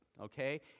okay